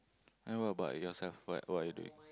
then what about yourself what what are you doing